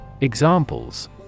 Examples